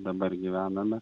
dabar gyvename